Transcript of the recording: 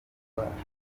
rudahigwa